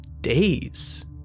days